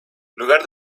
lugar